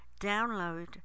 download